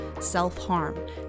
self-harm